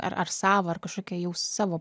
ar ar savą ar kažkokią jau savo